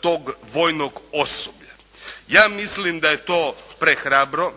tog vojnog osoblja. Ja mislim da je to prehrabro,